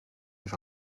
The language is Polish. niż